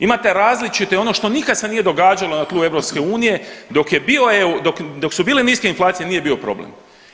Imate različite i ono što nikad se nije događalo na tlu EU, dok je bio .../nerazumljivo/... dok su bile niske inflacije, nije bio problem.